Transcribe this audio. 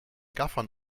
gaffern